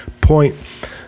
point